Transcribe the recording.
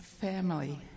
family